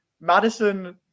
Madison